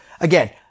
again